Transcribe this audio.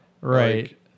right